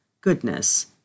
goodness